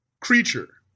creature